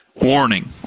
Warning